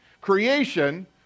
creation